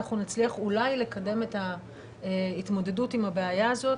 אנחנו נצליח אולי לקדם את ההתמודדות עם הבעיה הזאת,